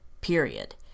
period